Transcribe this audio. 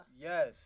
Yes